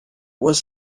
was